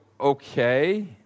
okay